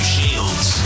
Shields